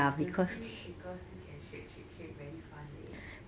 the seaweed shaker still can shake shake shake very fun leh